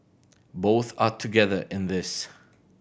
both are together in this